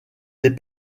des